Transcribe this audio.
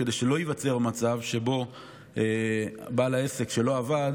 כדי שלא ייווצר מצב שבו בעל העסק שלא עבד